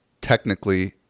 technically